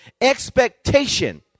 expectation